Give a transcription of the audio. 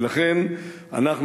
ולכן אנחנו,